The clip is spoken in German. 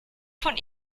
von